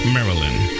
Maryland